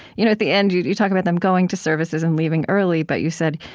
you know at the end, you you talk about them going to services and leaving early but, you said,